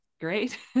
great